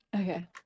okay